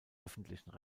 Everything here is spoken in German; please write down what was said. öffentlichen